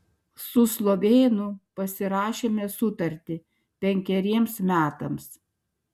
su slovėnu pasirašėme sutartį penkeriems metams